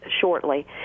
shortly